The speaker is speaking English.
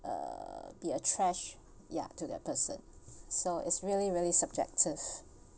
uh be a trash ya to that person so it's really really subjective